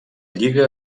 lliga